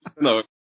No